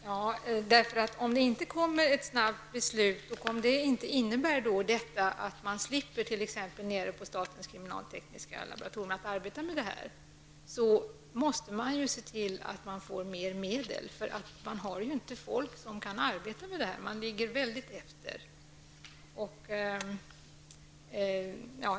Fru talman! Om det inte kommer ett snabbt beslut och om det inte innebär att man på statens kriminaltekniska laboratorium slipper att arbeta med dessa saker, måste regeringen se till att det tillförs mer medel. Det finns inte folk som kan arbeta med detta, och man ligger mycket efter.